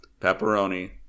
pepperoni